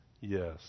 yes